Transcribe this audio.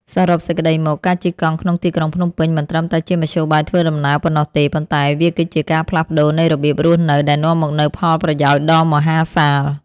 សរុបសេចក្ដីមក ការជិះកង់ក្នុងទីក្រុងភ្នំពេញមិនត្រឹមតែជាមធ្យោបាយធ្វើដំណើរប៉ុណ្ណោះទេ ប៉ុន្តែវាគឺជា ការផ្លាស់ប្ដូរនៃរបៀបរស់នៅ ដែលនាំមកនូវផលប្រយោជន៍ដ៏មហាសាល។